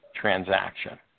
transaction